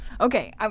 okay